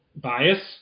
bias